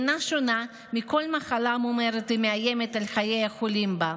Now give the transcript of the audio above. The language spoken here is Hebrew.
מחלה שאינה שונה מכל מחלה ממארת המאיימת על חיי החולים בה.